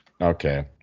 Okay